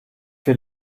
will